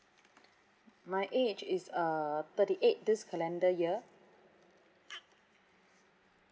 my age is uh thirty eight this calendar year